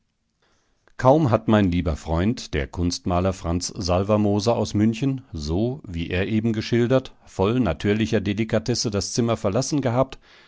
kaum hat mein lieber freund der kunstmaler franz salvermoser aus münchen so wie er eben geschildert voll natürlicher delikatesse das zimmer verlassen gehabt